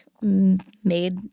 made